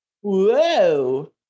Whoa